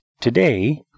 Today